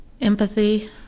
empathy